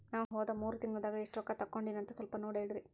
ನಾ ಹೋದ ಮೂರು ತಿಂಗಳದಾಗ ಎಷ್ಟು ರೊಕ್ಕಾ ತಕ್ಕೊಂಡೇನಿ ಅಂತ ಸಲ್ಪ ನೋಡ ಹೇಳ್ರಿ